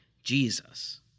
Jesus